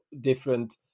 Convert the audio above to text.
different